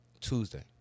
Tuesday